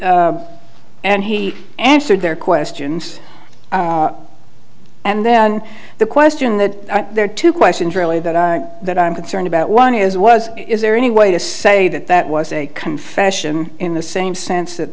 and he answered their questions and then the question that there are two questions really that i that i'm concerned about one is was is there any way to say that that was a confession in the same sense that